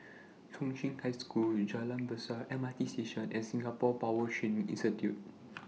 Chung Cheng High School Jalan Besar M R T Station and Singapore Power Training Institute